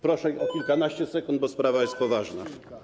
Proszę o kilkanaście sekund, bo sprawa jest poważna.